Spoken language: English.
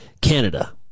Canada